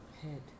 head